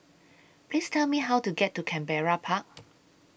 Please Tell Me How to get to Canberra Park